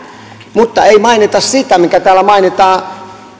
mutta emme mainitse sitä mikä täällä mainitaan